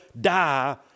die